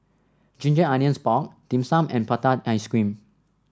Ginger Onions Pork Dim Sum and Prata Ice Cream